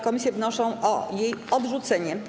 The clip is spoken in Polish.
Komisje wnoszą o jej odrzucenie.